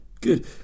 good